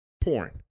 porn